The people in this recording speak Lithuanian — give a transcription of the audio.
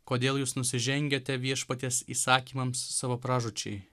kodėl jūs nusižengiate viešpaties įsakymams savo pražūčiai